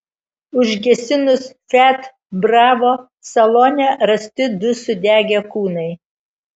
užgesinus fiat bravo salone rasti du sudegę kūnai